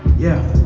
yeah